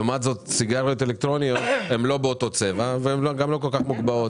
לעומת זאת סיגריות אלקטרוניות הן לא באותו צבע והן לא כל כך מוחבאות.